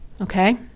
Okay